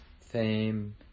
fame